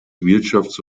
wirtschafts